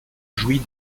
jouit